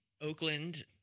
Oakland